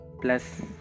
plus